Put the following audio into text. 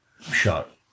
shot